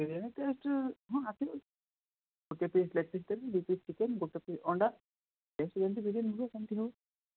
ସେଇଟା ବି ଟେଷ୍ଟ ହଁ ଆସିବ ଗୋଟେ ପିସ୍ ଲେଗ୍ ପିସ୍ ଦେବି ଦୁଇ ପିସ୍ ଚିକେନ୍ ଗୋଟେ ପିସ୍ ଅଣ୍ଡା ଟେଷ୍ଟ ଯେମିତି ବିରିୟାନୀ ଥିବ ସେମିତି ଥିବ